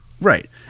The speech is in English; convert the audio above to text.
Right